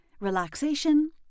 Relaxation